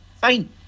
Fine